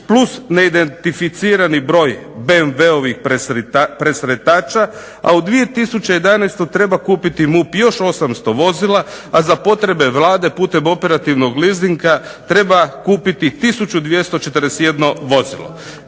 plus neidentificirani broj BMW-ovih presretača, a u 2011. treba kupiti MUP još 800 vozila, a za potrebe Vlade putem operativnog leasinga treba kupiti 1241 vozilo.